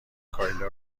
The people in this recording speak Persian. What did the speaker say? کایلا